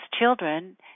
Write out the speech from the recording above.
children